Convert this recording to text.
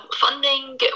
funding